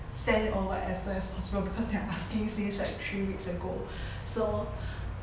send it over as soon as possible because they are asking since like three weeks ago so